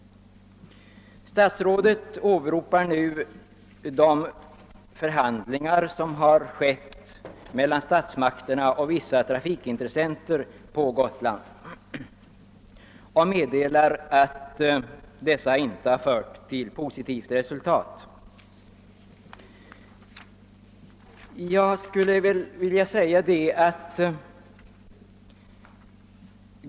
Statsrådet åberopar i sitt svar de förhandlingar som ägt rum mellan statsmakterna och vissa trafikintressenter på Gotland och meddelar att dessa inte har lett till något positivt resultat.